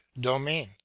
domain